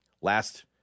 last